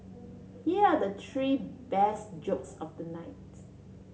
here are the three best jokes of the night